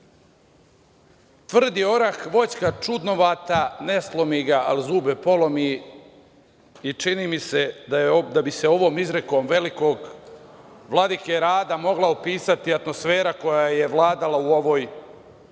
je orah voćka čudnovata, ne slomi ga ali zube polomi i čini mi se da bi se ovom izrekom velikog Vladike Rada mogla opisati atmosfera koja je vladala u ovoj